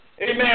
Amen